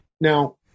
Now